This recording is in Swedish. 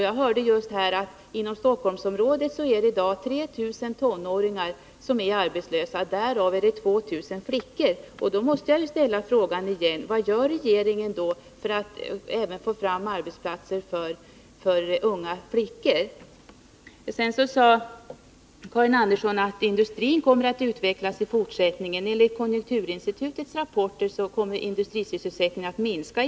Jag hörde just att 3 000 tonåringar i Stockholmsområdet är arbetslösa. Av dem är 2 000 flickor. Jag måste därför upprepa frågan: Vad gör regeringen för att få fram arbetsplatser även för unga flickor? Karin Andersson sade att industrin kommer att utvecklas. Enligt konjunkturinstitutets rapporter kommer industrisysselsättningen att minska.